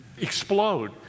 explode